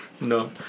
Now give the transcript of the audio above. No